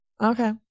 okay